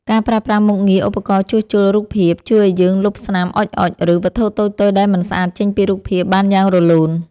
ការប្រើប្រាស់មុខងារ ឧបករណ៍ជួសជុលរូបភាព ជួយឱ្យយើងលុបស្នាមអុជៗ ឬវត្ថុតូចៗដែលមិនស្អាតចេញពីរូបភាពបានយ៉ាងរលូន។